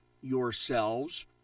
yourselves